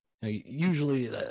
usually